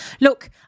Look